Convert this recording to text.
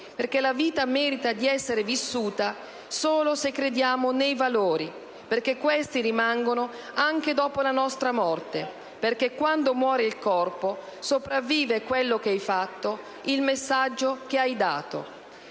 perché la vita merita di essere vissuta solo se crediamo nei valori, perché questi rimangono anche dopo la nostra morte. Quando muore il corpo, sopravvive quello che hai fatto, il messaggio che hai dato».